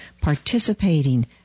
participating